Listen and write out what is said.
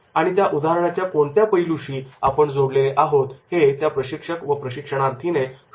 आणि त्या उदाहरणाच्या कोणत्या पैलू शी आपण जोडलेले आहोत हे त्या प्रशिक्षक व प्रशिक्षणार्थी ने शोधले पाहिजे